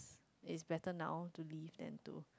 it's better now to leave than to